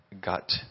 got